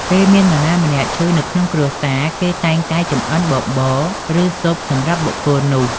ពេលមាននរណាម្នាក់ឈឺនៅក្នុងគ្រួសារ គេតែងតែចម្អិនបបរ ឬ ស៊ុបសម្រាប់បុគ្គលនោះ។